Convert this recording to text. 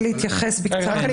ועדת הבחירות לא מציגה נוסח לחקיקה.